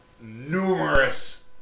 numerous